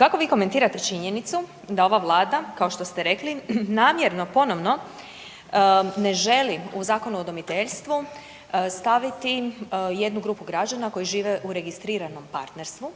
kako vi komentirate činjenicu da ova Vlada kao što ste rekli namjerno ponovno ne želi u Zakonu o udomiteljstvu staviti jednu grupu građana koji žive u registriranom partnerstvu